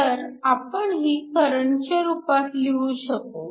तर आपण ही करंटच्या रूपात लिहू शकू